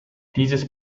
dieses